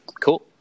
Cool